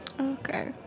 Okay